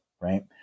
Right